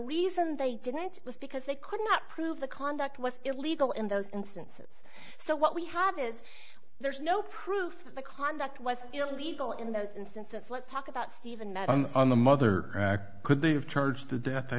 reason they didn't was because they could not prove the conduct was illegal in those instances so what we have is there is no proof that the conduct was illegal in those instances let's talk about steven on the mother could they have charged the death i